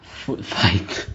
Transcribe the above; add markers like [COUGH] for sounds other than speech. food fighter [BREATH]